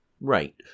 Right